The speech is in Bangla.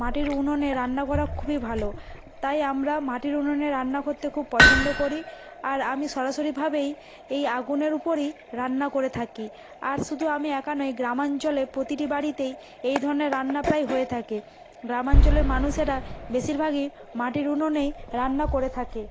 মাটির উনুনে রান্না করা খুবই ভালো তাই আমরা মাটির উনুনে রান্না করতে খুব পছন্দ করি আর আমি সরাসরিভাবেই এই আগুনের উপরই রান্না করে থাকি আর শুধু আমি একা নয় গ্রামাঞ্চলে প্রতিটি বাড়িতেই এই ধরনের রান্না প্রায় হয়ে থাকে গ্রামাঞ্চলের মানুষেরা বেশিরভাগই মাটির উনুনেই রান্না করে থাকে